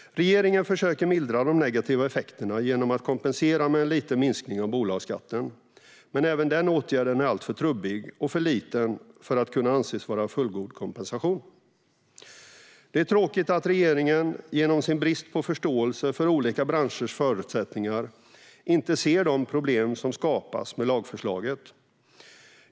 Regeringen försöker mildra de negativa effekterna genom att kompensera med en liten minskning av bolagsskatten. Men även denna åtgärd är alltför trubbig och för liten för att kunna anses vara en fullgod kompensation. Det är tråkigt att regeringen genom sin brist på förståelse för olika branschers förutsättningar inte ser de problem som skapas med lagförslaget.